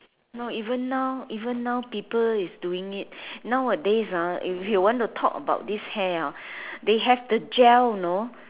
no even now even now people is doing it nowadays ah if you want to talk about this hair ah they have the gel know